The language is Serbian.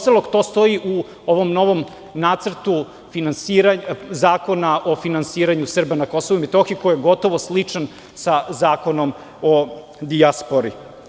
To stoji u ovom novom nacrtu Zakona o finansiranju Srba na Kosovu i Metohiji, koji je sličan sa Zakonom o dijaspori.